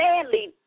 sadly